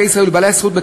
החדשות,